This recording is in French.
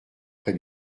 près